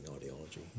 ideology